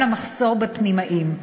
גם על המחסור בפנימאים.